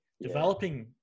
developing